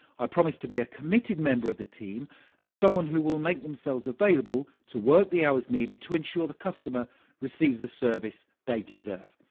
i promise to be a committed member of the team and someone who will make themselves available to work the hours needed to ensure the customer receives the service they deserve.